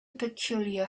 peculiar